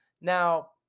Now